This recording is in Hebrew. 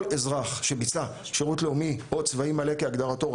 כל אזרח שביצע שירות לאומי או צבאי מלא כהגדרתו,